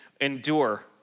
Endure